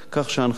כך שההנחיות,